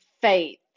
faith